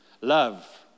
Love